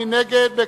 מי נגד?